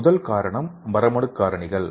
முதல் காரணம் மரபணுக் காரணிகள்